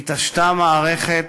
התעשתו מערכת